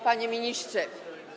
Panie Ministrze!